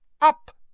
up